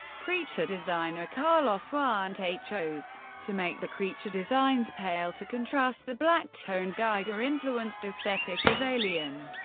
creature designer carlos huante chose to make the creature designs pale to contrast the black-toned, giger-influenced aesthetic of alien.